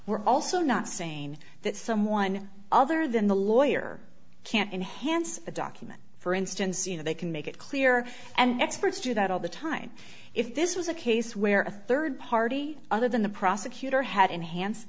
we're also not saying that someone other than the lawyer can enhance a document for instance you know they can make it clear and experts do that all the time if this was a case where a third party other than the prosecutor had enhanced